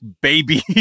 baby